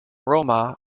roma